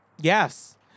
Yes